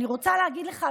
אני רוצה להגיד לך,